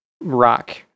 rock